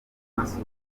masud